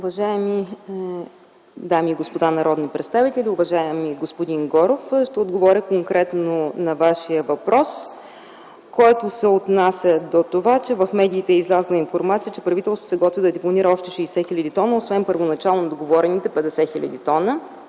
Уважаеми дами и господа народни представители, уважаеми господин Горов! Ще отговоря конкретно на Вашия въпрос, отнасящ се до това, че в медиите е излязла информация, че правителството се готви да депонира още 60 хил. т., освен първоначално договорените 50 хил. т.